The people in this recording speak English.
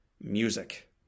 music